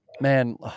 man